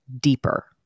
deeper